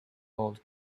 old